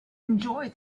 enjoy